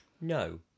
no